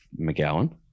McGowan